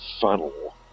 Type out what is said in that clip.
funnel